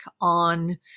on